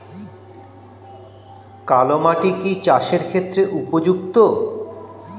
কালো মাটি কি চাষের ক্ষেত্রে উপযুক্ত?